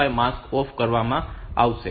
5 mask off કરવામાં આવશે